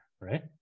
right